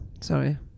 Sorry